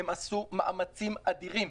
הם עשו מאמצים אדירים.